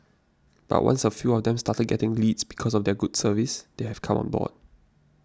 but once a few of them started getting leads because of their good service they have come on board